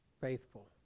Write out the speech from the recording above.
faithful